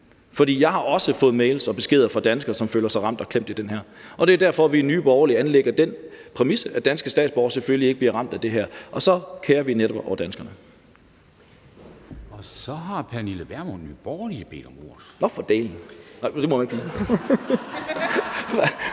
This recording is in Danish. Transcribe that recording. For jeg har også fået mails og beskeder fra danskere, som føler sig ramt og klemt i det her. Det er derfor, vi i Nye Borgerlige anlægger den præmis, at danske statsborgere selvfølgelig ikke bliver ramt af det her, og så kerer vi os netop om danskerne. Kl. 10:25 Formanden (Henrik Dam Kristensen): Så har fru